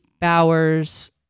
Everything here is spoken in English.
Bowers